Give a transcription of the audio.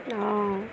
অঁ